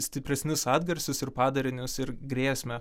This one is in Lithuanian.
stipresnius atgarsius ir padarinius ir grėsmę